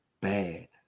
bad